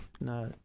no